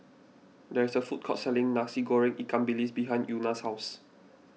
there is a food court selling Nasi Goreng Ikan Bilis behind Una's house